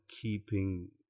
keeping